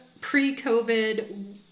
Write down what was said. pre-COVID